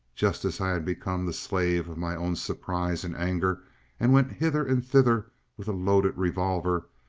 just as i had become the slave of my own surprise and anger and went hither and thither with a loaded revolver,